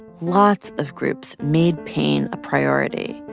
lots of groups made pain a priority.